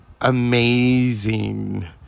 amazing